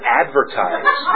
advertise